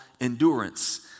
endurance